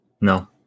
No